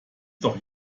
doch